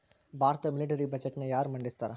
ಭಾರತದ ಮಿಲಿಟರಿ ಬಜೆಟ್ನ ಯಾರ ಮಂಡಿಸ್ತಾರಾ